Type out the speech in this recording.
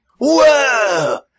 Whoa